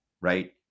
Right